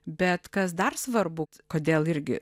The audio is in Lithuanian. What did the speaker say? bet kas dar svarbu kodėl irgi